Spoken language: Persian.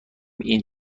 این